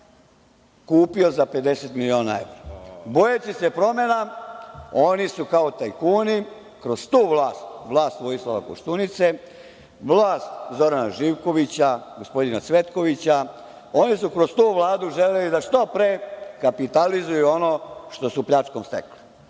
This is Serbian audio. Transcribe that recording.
kupio za 50 miliona evra. Bojeći se promena oni su kao tajkuni kroz tu vlast, kroz vlast Vojislava Koštunice, vlast Zorana Živkovića, gospodina Cvetkovića, oni su kroz tu Vladu želeli da što pre kapitalizuju ono što su pljačkom stekli. Nisu